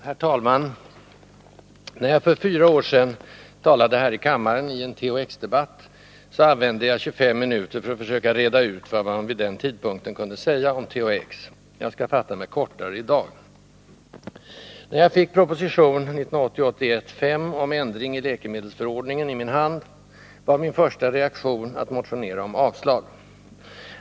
Herr talman! När jag för fyra år sedan talade här i kammaren i en THX-debatt använde jag 25 minuter för att försöka reda ut vad man vid den tidpunkten kunde säga om THX. Jag skall fatta mig kortare i dag. När jag fick proposition 1980/81:5 om ändring i läkemedelsförordningen i min hand var min första reaktion att motionera om avslag.